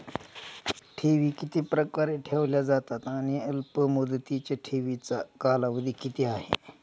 ठेवी किती प्रकारे ठेवल्या जातात आणि अल्पमुदतीच्या ठेवीचा कालावधी किती आहे?